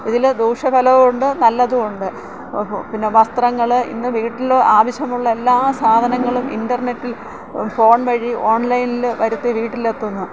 ഇതിൽ ദൂഷ്യഫലവും ഉണ്ട് നല്ലതും ഉണ്ട് പിന്നെ വസ്ത്രങ്ങൾ ഇന്ന് വീട്ടിൽ ആവശ്യമുള്ള എല്ലാ സാധനങ്ങളും ഇൻറ്റർനെറ്റിൽ ഫോൺ വഴി ഓൺലൈനിൽ വരുത്തി വീട്ടിലെത്തുന്നു